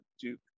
Duke